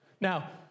Now